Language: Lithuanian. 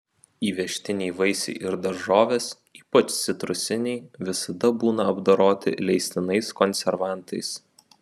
įvežtiniai vaisiai ir daržovės ypač citrusiniai visi būna apdoroti leistinais konservantais